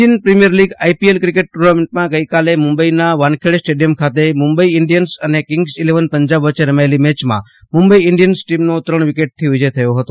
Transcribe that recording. Indian Premier League IPL cricket ટુર્નામેન્ટમાં ગઈકાલે મુંબઈના વાનખેડે સ્ટેડીયમ ખાતે મુંબઈ ઇન્ડિયન્સ અને કિંગ્સ ઈલેવન પંજાબ વચ્ચે રમાયેલી મેયમાં મુંબઈ ઇન્ડિયન્સ ટીમનો ત્રણ વિકેટથી વિજય થયો હતો